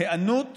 "היענות